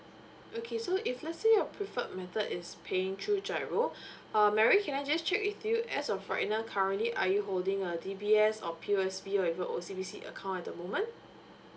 okay so if let's say your preferred method is paying through G_I_R_O um mary can I just check with you as of right now currently are you holding a D_B_S or P_O_S_B or even O_C_B_C account at the moment